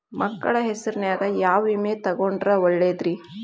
ಮಕ್ಕಳ ಹೆಸರಿನ್ಯಾಗ ಯಾವ ವಿಮೆ ತೊಗೊಂಡ್ರ ಒಳ್ಳೆದ್ರಿ?